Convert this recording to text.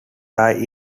die